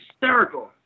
hysterical